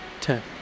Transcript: ten